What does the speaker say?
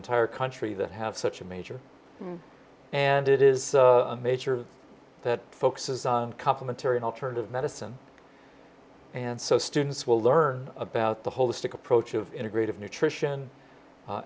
entire country that have such a major and it is a major that focuses on couple material alternative medicine and so students will learn about the holistic approach of integrative nutrition a